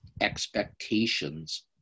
Expectations